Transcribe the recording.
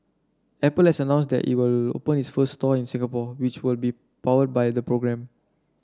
Apple has announced that it will open its first store in Singapore which will be powered by the program